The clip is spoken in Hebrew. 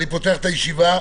אני פותח את הישיבה.